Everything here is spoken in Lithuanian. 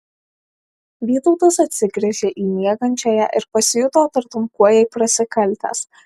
vytautas atsigręžė į miegančiąją ir pasijuto tartum kuo jai prasikaltęs